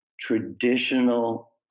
traditional